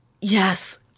Yes